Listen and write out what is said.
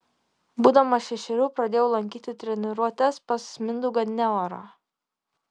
būdamas šešerių pradėjau lankyti treniruotes pas mindaugą neorą